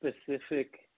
specific